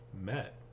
met